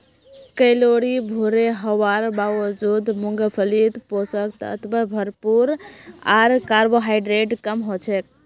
calorie भोरे हवार बावजूद मूंगफलीत पोषक तत्व भरपूर आर कार्बोहाइड्रेट कम हछेक